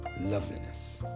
loveliness